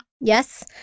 Yes